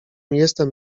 jestem